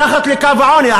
מתחת לקו העוני.